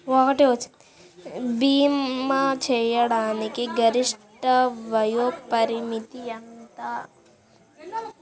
భీమా చేయుటకు గరిష్ట వయోపరిమితి ఎంత?